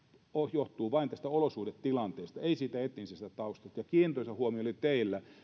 johtuu vain tästä olosuhdetilanteesta ei etnisestä taustasta ja teillä oli kiintoisa huomio